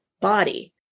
body